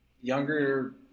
younger